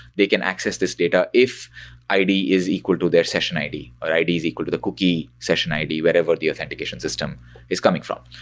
they can access this data if id is equal to their session id, or id is equal to the cookie session id, wherever the authentication systems is coming from.